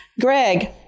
Greg